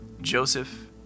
Joseph